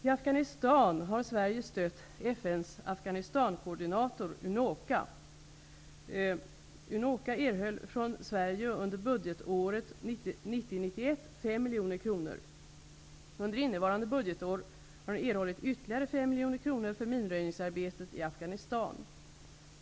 I Afghanistan har Sverige stött FN:s Afghanistan). Unoca erhöll från Sverige under budgetåret 1990/91 5 mkr. Under innevarande budgetår har man erhållit ytterligare 5 mkr för minröjningsarbetet i Afghanistan.